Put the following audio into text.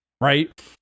right